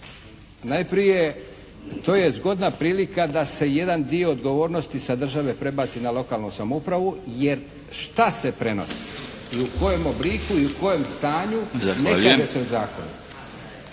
Najprije, to je zgodna prilika da se jedan dio odgovornosti sa države prebaci na lokalnu samoupravu jer šta se prenosi ili u kojem obliku i u kojem stanju … **Milinović,